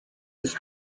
his